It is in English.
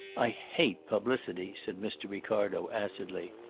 i hate publicity, said mr. ricardo acidly.